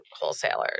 wholesalers